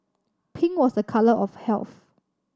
pink was a colour of health